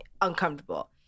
uncomfortable